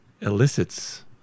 elicits